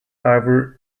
however